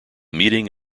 meeting